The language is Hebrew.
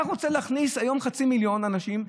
אתה רוצה להכניס היום חצי מיליון אנשים,